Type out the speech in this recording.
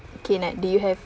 okay now do you have